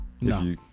No